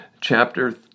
chapter